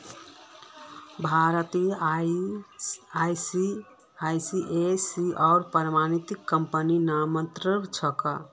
भारतत आई.एस.ओ प्रमाणित कंपनी नाममात्रेर छेक